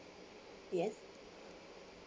yes